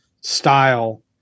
style